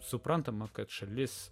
suprantama kad šalis